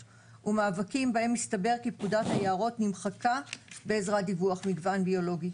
ומאבקים בהם הסתבר כי פקודת היערות נמחקה בעזרת דיווח מגוון ביולוגי.